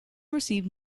received